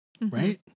right